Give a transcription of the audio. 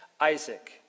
Isaac